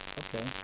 okay